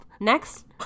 Next